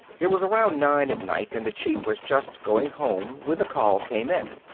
it was around nine at night and the chief was just going home when the call came in.